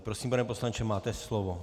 Prosím, pane poslanče, máte slovo.